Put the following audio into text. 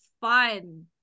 fun